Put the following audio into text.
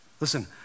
Listen